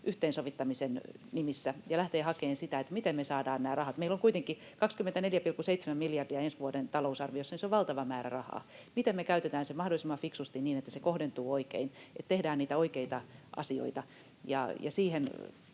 yhteensovittamisen nimissä ja lähteä hakemaan sitä, miten me saadaan nämä rahat. Meillä on kuitenkin 24,7 miljardia ensi vuoden talousarviossa, niin että se on valtava määrä rahaa. Miten me käytetään se mahdollisimman fiksusti niin, että se kohdentuu oikein, että tehdään niitä oikeita asioita? Siihen